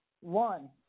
one